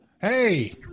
Hey